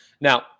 Now